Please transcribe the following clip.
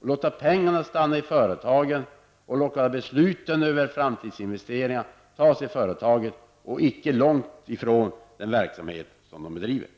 låta pengarna stanna i företagen och låta besluten över framtidsinvesteringarna tas i företagen, icke långt ifrån den verksamhet som de bedriver.